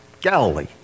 Galilee